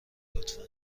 لطفا